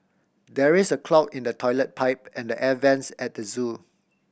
there is a clog in the toilet pipe and the air vents at the zoo